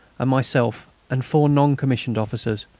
and myself and four non-commissioned officers.